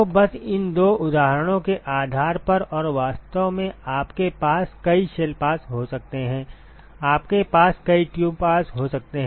तो बस इन दो उदाहरणों के आधार पर और वास्तव में आपके पास कई शेल पास हो सकते हैं आपके पास कई ट्यूब पास हो सकते हैं